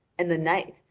and the knight,